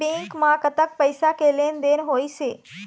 Bank म कतक पैसा के लेन देन होइस हे?